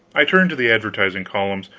i turned to the advertising columns,